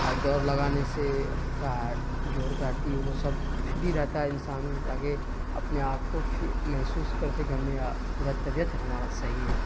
اور دوڑ لگانے سے آپ کا جوڑ کا ہڈی وہ سب فری رہتا ہے انسان جا کے اپنے آپ کو فٹ محسوس کر سکے ہم نے پورا طبیعت ہمارا صحیح ہے